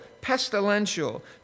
pestilential